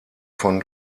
von